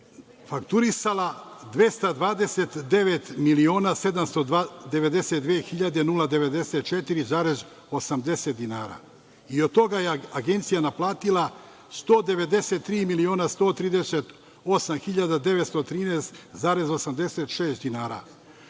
fakturisala je 229.792.094,80 dinara i od toga je Agencija naplatila 193.138.913,86 dinara,